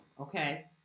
okay